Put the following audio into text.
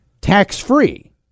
tax-free